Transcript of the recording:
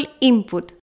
input